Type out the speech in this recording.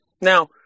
Now